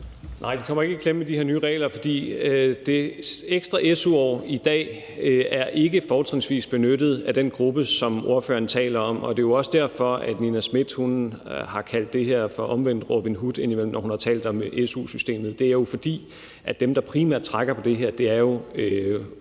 Nej, de kommer ikke i klemme med de her nye regler, for det ekstra su-år er i dag ikke fortrinsvis benyttet af den gruppe, som ordføreren taler om, og det er jo også derfor, Nina Smith har kaldt det her for en omvendt Robin Hood indimellem, når hun har talt om su-systemet. Det er, fordi dem, der primært trækker på det her, jo er ressourcestærke